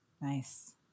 Nice